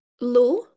low